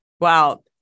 Wow